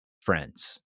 friends